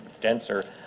denser